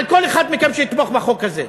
על כל אחד מכם שיתמוך בחוק הזה.